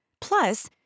Plus